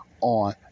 on